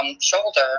shoulder